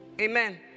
Amen